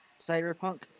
cyberpunk